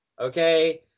Okay